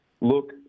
look